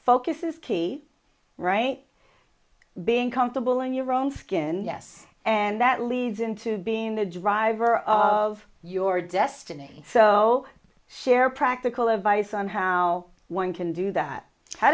focus is key right being comfortable in your own skin yes and that leads into being the driver of your destiny so share practical advice on how one can do that how